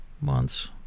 months